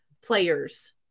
players